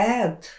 add